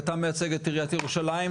אתה מייצג את עיריית ירושלים,